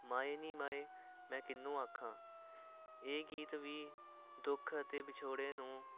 ਮਾਏ ਨੀ ਮਾਏ ਮੈਂ ਕਿਹਨੂੰ ਆਖਾਂ ਇਹ ਗੀਤ ਵੀ ਦੁੱਖ ਅਤੇ ਵਿਛੋੜੇ ਨੂੰ